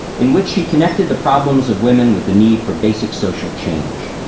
in which she connected the problems of women with the need for basic social change